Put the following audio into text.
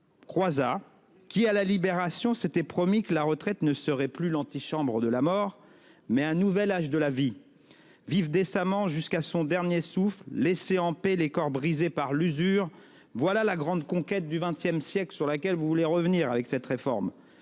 promis, à la Libération, que la retraite serait « non plus une antichambre de la mort, mais une nouvelle étape de la vie ». Vivre décemment jusqu'à son dernier souffle, laisser en paix les corps brisés par l'usure, voilà la grande conquête du XX siècle sur laquelle vous voulez revenir avec cette réforme.